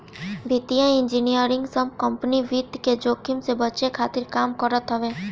वित्तीय इंजनियरिंग सब कंपनी वित्त के जोखिम से बचे खातिर काम करत हवे